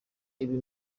ibi